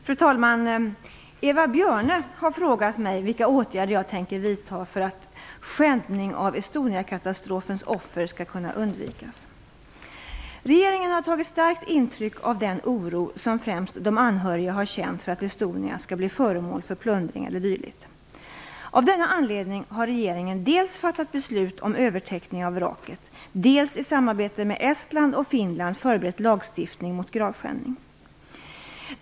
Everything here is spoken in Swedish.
Fru talman! Eva Björne har frågat mig vilka åtgärder jag tänker vidta för att skändning av Estoniakatastrofens offer skall kunna undvikas. Regeringen har tagit starkt intryck av den oro som främst de anhöriga har känt för att Estonia skall bli föremål för plundring e.d. Av denna anledning har regeringen dels fattat beslut om övertäckning av vraket, dels i samarbete med Estland och Finland förberett lagstiftning mot gravskändning.